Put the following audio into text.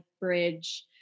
bridge